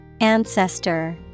Ancestor